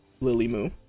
Lily-Moo